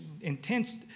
intense